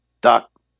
Doc